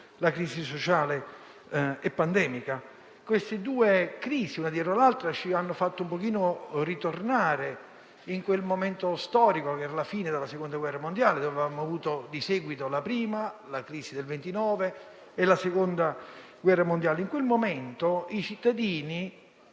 la crisi sociale e pandemica. Queste due crisi, una dietro l'altra, ci hanno fatto ritornare al momento storico della fine della Seconda guerra mondiale, quando abbiamo vissuto di seguito la crisi del 1929 e la Seconda guerra mondiale. In quel momento i cittadini,